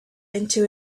into